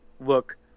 look